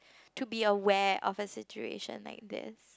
to be aware of the situation like this